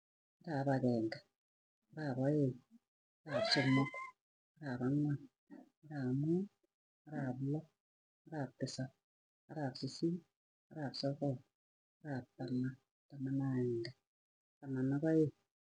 Arap agenge, arap eang. arap somok, arap angwan, arap muut, arap loo, arap tisap, arap sisit, arap sogol, arap taman, taman ak agenge, taman ak aeng.